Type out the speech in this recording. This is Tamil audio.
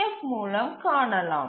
எஃப் மூலம் காணலாம்